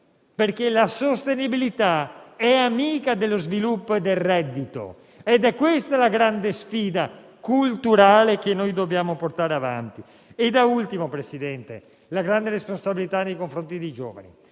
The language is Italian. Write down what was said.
perché la sostenibilità è amica dello sviluppo e del reddito. È questa la grande sfida culturale che dobbiamo portare avanti. Da ultimo, signor Presidente, mi soffermo sulla grande responsabilità nei confronti dei giovani: